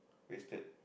wasted